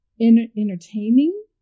entertaining